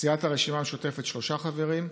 סיעת הרשימה המשותפת, שלושה חברים,